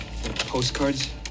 postcards